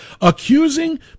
accusing